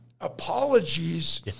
apologies